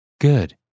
Good